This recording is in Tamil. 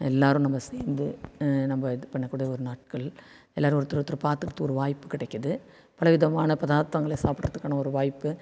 எல்லாேரும் நம்ம சேர்ந்து நம்ம இது பண்ணக்கூடிய ஒரு நாட்கள் எல்லாேரும் ஒருத்தரு ஒருத்தர் பார்த்துக்கறத்துக்கு ஒரு வாய்ப்பு கிடைக்குது பலவிதமான பதார்த்தங்களை சாப்பிட்றத்துக்கான ஒரு வாய்ப்பு